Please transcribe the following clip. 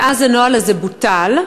ואז הנוהל הזה בוטל,